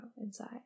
inside